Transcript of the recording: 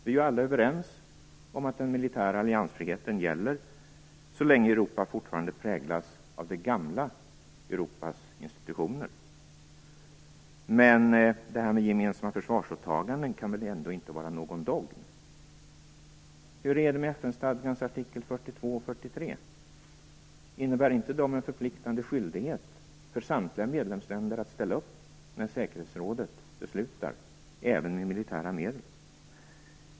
Vi är ju alla överens om att den militära alliansfriheten gäller, så länge Europa fortfarande präglas av det gamla Europas institutioner. Men det här med gemensamma försvarsåtaganden kan väl ändå inte vara någon dogm? Hur är det med FN-stadgans artiklar 42 och 43? Innebär inte de en förpliktande skyldighet för samtliga medlemsländer att ställa upp när säkerhetsrådet beslutar även om militära medel?